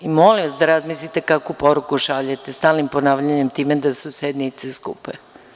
Molim vas da razmislite kakvu poruku šaljete stalnim ponavljanjem time da su sednice skupe.